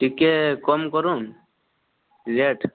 ଟିକେ କମ କରୁନ୍ ରେଟ୍